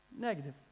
Negative